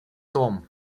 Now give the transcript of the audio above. том